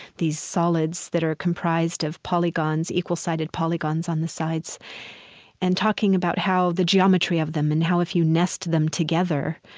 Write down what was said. these solids that are comprised of equal-sided polygons on the sides and talking about how the geometry of them and how, if you nest them together,